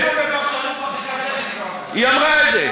אפילו בפרשנות מרחיקת לכת היא לא אמרה את זה.